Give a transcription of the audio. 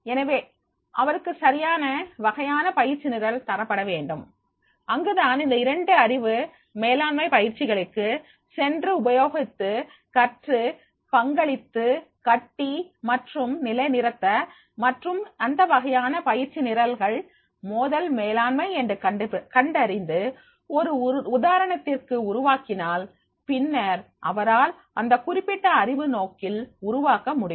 எனவே அவருக்கு சரியான வகையான பயிற்சி நிரல் தரப்பட வேண்டும் அங்கு தான் இந்த இரண்டு அறிவு மேலாண்மை பயிற்சிகளுக்கு சென்று உபயோகித்து கற்று பங்களித்து கட்டி மற்றும் நிலைநிறுத்த மற்றும் அந்த வகையான பயிற்சி நிரல்கள் மோதல் மேலாண்மை என்று கண்டறிந்து ஒரு உதாரணத்திற்கு உருவாக்கினால் பின்னர் அவரால் அந்த குறிப்பிட்ட அறிவு நோக்கில் உருவாக்க முடியும்